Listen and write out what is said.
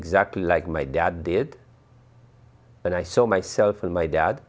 exactly like my dad did and i saw myself and my dad